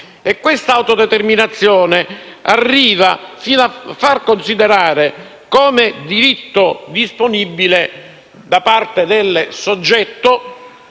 e questa autodeterminazione arriva fino a far considerare come diritto disponibile da parte del soggetto